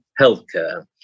healthcare